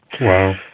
Wow